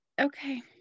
Okay